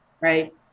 right